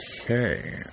okay